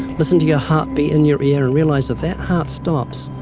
listen to your heart beat in your ear and realize if that heart stops,